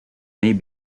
may